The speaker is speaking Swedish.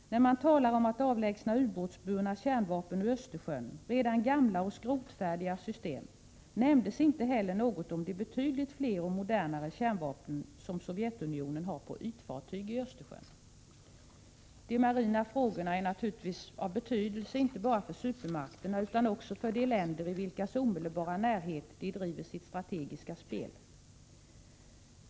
När man talade om att avlägsna ubåtsburna kärnvapen från Östersjön — redan gamla och skrotfärdiga system — nämndes inte heller något om de betydligt fler och modernare kärnvapen som Sovjetunionen har på ytfartyg i Östersjön. De marina frågorna är naturligtvis av betydelse inte bara för supermakternä utan också för de länder i vilkas omedelbara närhet de driver sitt strategiska spel.